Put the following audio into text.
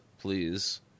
please